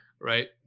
right